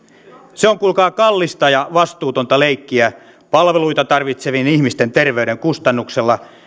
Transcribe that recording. se on kuulkaa kallista ja vastuutonta leikkiä palveluita tarvitsevien ihmisten terveyden kustannuksella